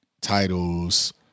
titles